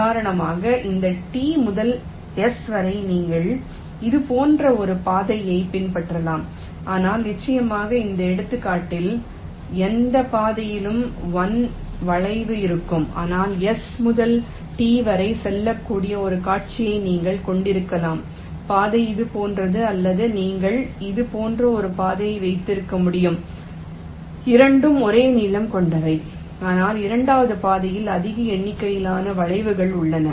உதாரணமாக இந்த T முதல் S வரை நீங்கள் இது போன்ற ஒரு பாதையை பின்பற்றலாம் ஆனால் நிச்சயமாக இந்த எடுத்துக்காட்டில் எந்த பாதையிலும் 1 வளைவு இருக்கும் ஆனால் S முதல் T வரை சொல்லக்கூடிய ஒரு காட்சியை நீங்கள் கொண்டிருக்கலாம் பாதை இது போன்றது அல்லது நீங்கள் இது போன்ற ஒரு பாதையை வைத்திருக்க முடியும் இரண்டும் ஒரே நீளம் கொண்டவை ஆனால் இரண்டாவது பாதையில் அதிக எண்ணிக்கையிலான வளைவுகள் உள்ளன